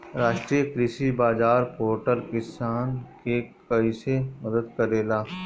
राष्ट्रीय कृषि बाजार पोर्टल किसान के कइसे मदद करेला?